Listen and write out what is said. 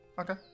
Okay